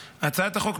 בליאק,